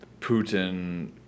Putin